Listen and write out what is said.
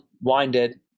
winded